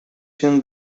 się